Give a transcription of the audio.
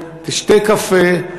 לעודד את הממשלה,